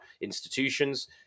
institutions